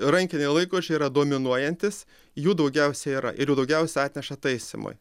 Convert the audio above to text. rankiniai laikrodžiai yra dominuojantys jų daugiausia yra ir jų daugiausia atneša taisymui